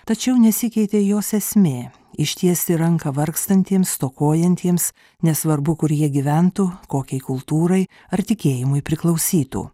tačiau nesikeitė jos esmė ištiesti ranką vargstantiems stokojantiems nesvarbu kur jie gyventų kokiai kultūrai ar tikėjimui priklausytų